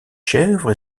chèvre